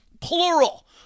plural